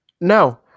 No